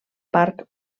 parc